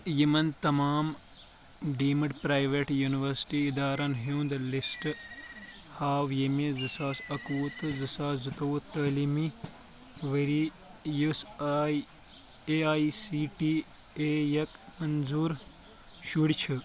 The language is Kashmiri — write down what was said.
یِمَن تمام ڈیٖمڈ پرٛایویٹ یونیورسِٹی ادارن ہُنٛد لسٹ ہاو ییٚمہِ زٟ ساس اکوُہ تہٟ زٟ ساس زٟتوُہ تعلیٖمی ؤرۍ یَس I A I C T A یک منظوٗر شُرۍ چھِ